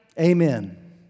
Amen